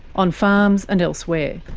on farms and elsewhere.